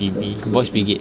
B_B boy's brigade